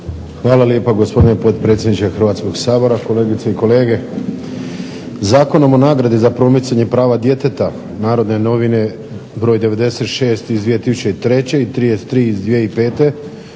Hvala lijepo gospodine potpredsjedniče HRvatskog sabora, kolegice i kolege zastupnici. Zakonom o nagradi za promicanje prava djeteta Narodne novine broj 96/2003. i 33/2005.